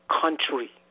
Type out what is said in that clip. country